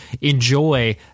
enjoy